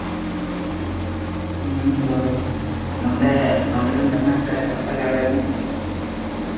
ᱦᱮᱸ ᱵᱟ ᱱᱚᱰᱮᱵᱮᱱ ᱛᱟᱦᱮ ᱱᱟᱥᱮ ᱟᱥᱟ ᱡᱟᱣᱟ ᱭᱟᱵᱮᱱ